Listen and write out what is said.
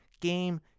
game